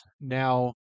Now